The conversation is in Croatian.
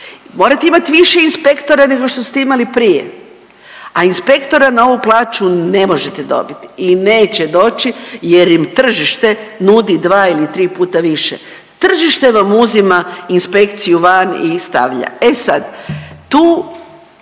morate imati više inspektora nego što ste imali prije, a inspektora na ovu plaću ne možete dobiti i neće doći jer im tržište nudi dva ili tri puta više. Tržište vam uzima inspekciju van i stavlja. E sad, tu